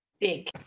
Big